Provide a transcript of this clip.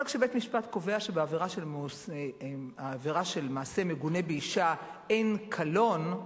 אבל כשבית-משפט קובע שבעבירה של מעשה מגונה באשה אין קלון,